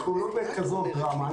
אנחנו לא בכזאת דרמה,